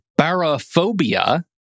barophobia